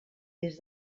des